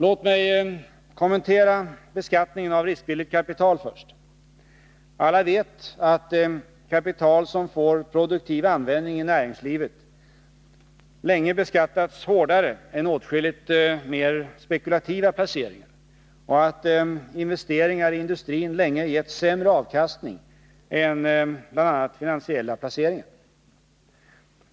Låt mig kommentera beskattningen av riskvilligt kapital först. Alla vet att kapital som får produktiv användning i näringslivet länge beskattats hårdare än åtskilliga mer spekulativa placeringar och att investeringar i industrin länge gett sämre avkastning än bl.a. finansiella placeringar.